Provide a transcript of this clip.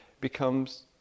becomes